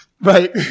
Right